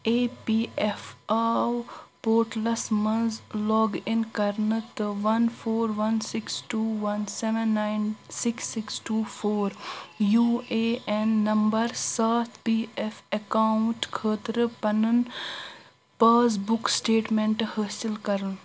A P F O portals منٛز log in کَرنہٕ تہٕ one four one six two one seven nine six six two four U A N number سَتھ P F account خٲطرٕ پَنُن passbook statement حٲصِل کَرُن